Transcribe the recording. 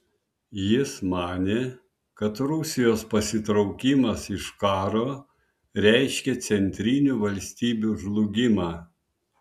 jis manė kad rusijos pasitraukimas iš karo reiškia centrinių valstybių žlugimą